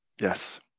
Yes